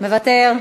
מוותר.